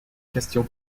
question